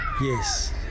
Yes